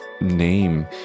name